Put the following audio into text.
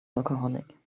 alcoholic